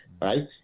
right